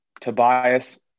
Tobias